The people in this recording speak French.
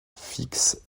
fixent